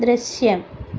ദൃശ്യം